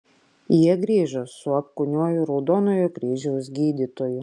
jie grįžo su apkūniuoju raudonojo kryžiaus gydytoju